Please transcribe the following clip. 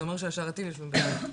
זה אומר שהשרתים יושבים בחו"ל.